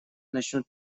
начнут